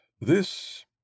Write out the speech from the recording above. this